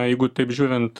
jeigu taip žiūrint